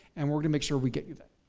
and we're gonna make sure we get you that.